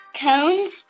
cones